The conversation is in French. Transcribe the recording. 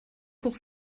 pour